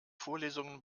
vorlesungen